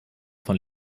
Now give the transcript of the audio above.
von